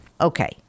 Okay